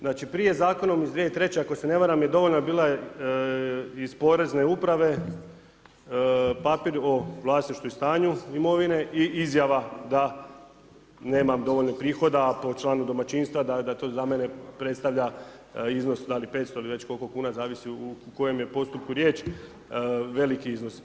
Znači prije Zakonom iz 2003. ako se ne varam je dovoljna bila iz porezne uprave papir o vlasništvu i stanju imovine i izjava da nema dovoljno prihoda po članu domaćinstva da to za mene predstavlja iznos da li 500 ili već koliko kuna zavisi u kojem je postupku riječ veliki iznos.